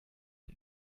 mit